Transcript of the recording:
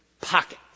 pocket